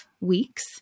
weeks